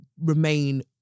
remain